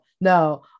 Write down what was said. No